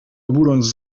oburącz